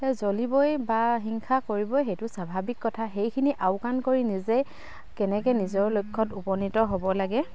জ্বলিবই বা হিংসা কৰিবই সেইটো স্বাভাৱিক কথা সেইখিনি আওকাণ কৰি নিজে কেনেকে নিজৰ লক্ষ্যত উপনীত হ'ব লাগে